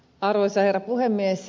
arvoisa herra puhemies